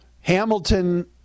Hamilton